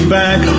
back